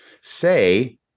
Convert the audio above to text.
say